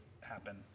happen